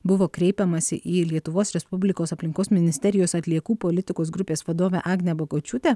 buvo kreipiamasi į lietuvos respublikos aplinkos ministerijos atliekų politikos grupės vadovę agnę bagočiūtę